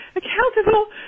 accountable